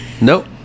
Nope